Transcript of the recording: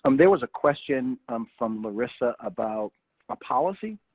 and there was a question um from larissa about a policy?